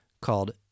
called